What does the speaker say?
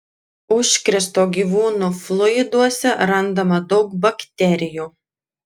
užkrėsto gyvūno fluiduose randama daug bakterijų